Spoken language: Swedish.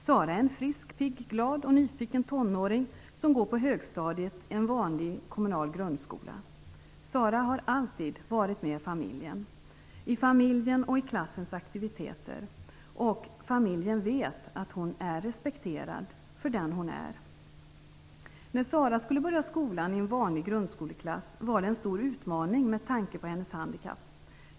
Sara är en frisk, pigg, glad och nyfiken tonåring som går på högstadiet i en vanlig kommunal grundskola. Sara har alltid varit med i familjens och klassens aktiviteter, och familjen vet att hon är respekterad för den hon är. När Sara skulle börja skolan, i en vanlig grundskoleklass, var det en stor utmaning med tanke på hennes handikapp.